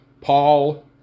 Paul